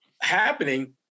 happening